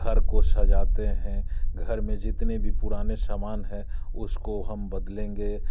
घर को सजाते हैं घर में जितने भी पुराने सामान हैं उसको हम बदलेंगे